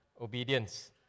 obedience